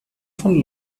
von